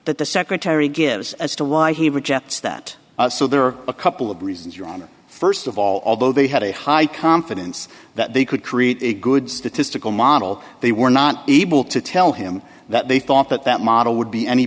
that the secretary gives as to why he rejects that so there are a couple of reasons your honor first of all although they had a high confidence that they could create a good statistical model they were not able to tell him that they thought that that model would be any